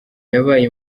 yabaye